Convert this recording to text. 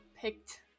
picked